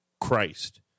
Christ